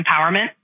empowerment